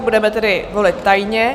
Budeme tedy volit tajně.